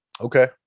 Okay